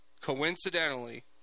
coincidentally